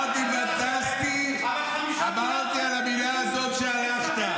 אמרתי "פנטסטי" על המילה הזאת שהלכת.